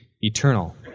eternal